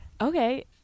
Okay